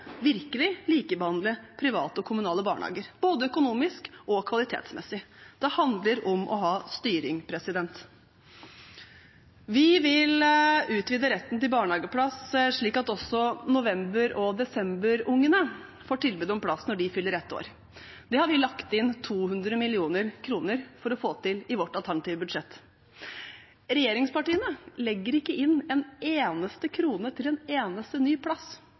virkelig likebehandle private og kommunale barnehager, både økonomisk og kvalitetsmessig. Det handler om å ha styring. Vi vil utvide retten til barnehageplass slik at også november- og desemberungene får tilbud om plass når de fyller ett år. Det har vi lagt inn 200 mill. kr for å få til i vårt alternative budsjett. Regjeringspartiene legger ikke inn en eneste krone til en eneste ny plass